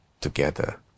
together